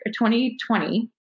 2020